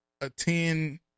attend